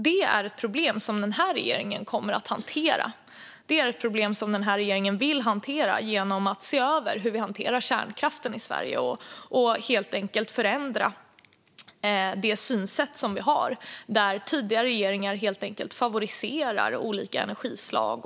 Detta är ett problem som regeringen vill och kommer att hantera genom att se över hur kärnkraften hanteras i Sverige och helt enkelt förändra det synsätt vi har, där tidigare regeringar har favoriserat olika energislag.